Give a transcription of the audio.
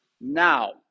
now